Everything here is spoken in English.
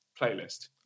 playlist